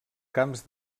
camps